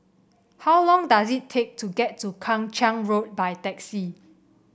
how long does it take to get to Kang Ching Road by taxi